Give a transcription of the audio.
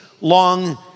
long